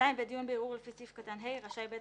(ז)בדיון בערעור לפי סעיף קטן (ה) רשאי בית